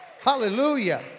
Hallelujah